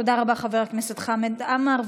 תודה רבה, חבר הכנסת חמד עמאר.